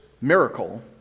miracle